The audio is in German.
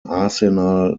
arsenal